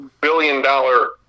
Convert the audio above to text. billion-dollar